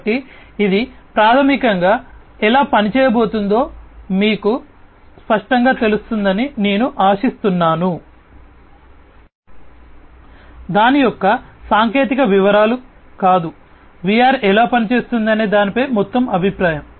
కాబట్టి ఇది ప్రాథమికంగా ఎలా పని చేయబోతోందో మీకు స్పష్టంగా తెలుస్తుందని నేను ఆశిస్తున్నాను దాని యొక్క సాంకేతిక వివరాలు కాదు VR ఎలా పనిచేస్తుందనే దానిపై మొత్తం అభిప్రాయం